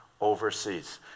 overseas